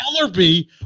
Ellerby